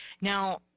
Now